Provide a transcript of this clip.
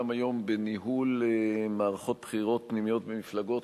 היום בניהול מערכות בחירות פנימיות במפלגות,